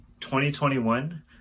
2021